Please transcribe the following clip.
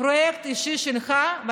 אישי שלך.